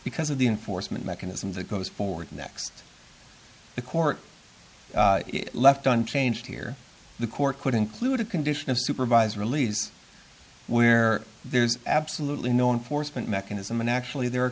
because of the enforcement mechanism that goes forward next the court left on change here the court could include a condition of supervised release where there's absolutely no in force but mechanism and actually there are